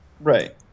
Right